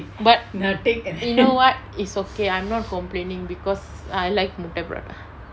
but you know what it's okay I'm not complaining because I like முட்ட:mutta prata